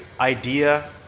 idea